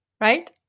right